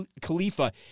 Khalifa